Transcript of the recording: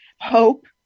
hope